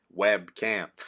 webcam